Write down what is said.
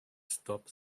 stop